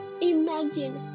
imagine